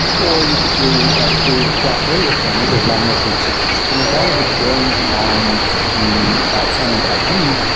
or you could do a query across all your tenants as long as it and as long as it joins on the tenant id,